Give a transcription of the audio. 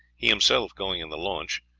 he himself going in the launch,